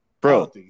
Bro